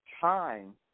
Time